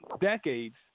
decades